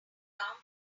around